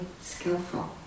skillful